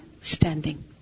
standing